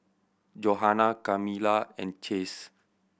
Johana Kamila and Chase